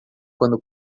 quando